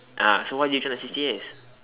ah so why did you join the C_C_A